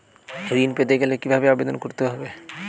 ঋণ পেতে গেলে কিভাবে আবেদন করতে হবে?